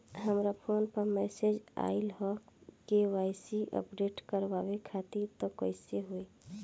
हमरा फोन पर मैसेज आइलह के.वाइ.सी अपडेट करवावे खातिर त कइसे होई?